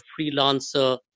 freelancer